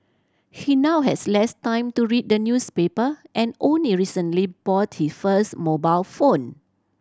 he now has less time to read the newspaper and only recently bought he first mobile phone